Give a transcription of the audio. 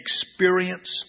experience